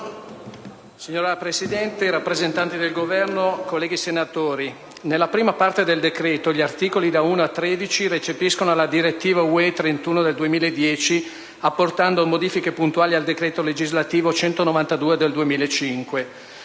Signora Presidente, rappresentanti del Governo, colleghi senatori, nella prima parte del decreto, gli articoli da 1 a 13 recepiscono la direttiva UE n. 31 del 2010, apportando modifiche puntuali al decreto legislativo n. 192 del 2005.